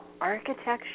Architecture